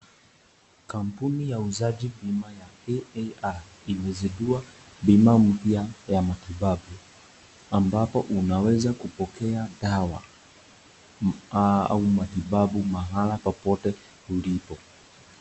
Kampuni ya uuzaji bima ya AAR imezindua bima mpya ya matibabu ambapo unaweza kupokea dawa au matibabu mahala popote ulipo.